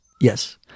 Yes